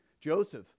Joseph